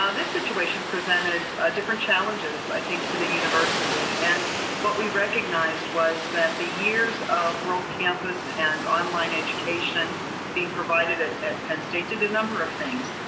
um this situation presented ah different challenges i think to the university. and what we recognized was that the years of rural campus and online education being provided at penn state did a number of things.